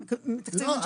לא,